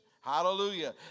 Hallelujah